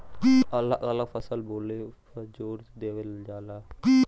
अलग अलग फसल बोले पे जोर देवल जाला